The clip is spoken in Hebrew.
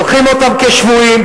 לוקחים אותם כשבויים,